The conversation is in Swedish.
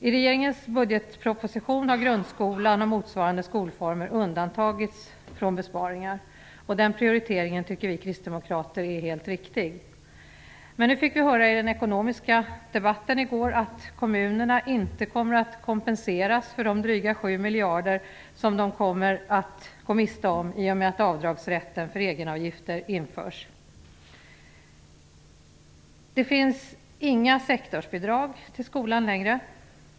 I regeringens budgetproposition har grundskolan och motsvarande skolformer undantagits från besparingar. Den prioriteringen tycker vi kristdemokrater är helt riktig. Men nu fick vi höra i den ekonomiska debatten i går att kommunerna inte kommer att kompenseras för de dryga 7 miljarder som de kommer att gå miste om i och med att avdragsrätten för egenavgifter införs. Det finns inga sektorsbidrag till skolan längre.